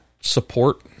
support